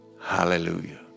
Hallelujah